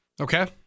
Okay